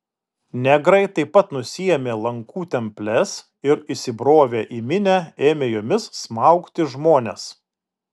negrai taip pat nusiėmė lankų temples ir įsibrovę į minią ėmė jomis smaugti žmones